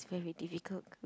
it's very difficult